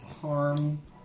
harm